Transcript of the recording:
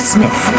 Smith